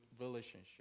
relationship